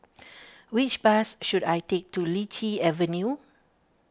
which bus should I take to Lichi Avenue